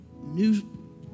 new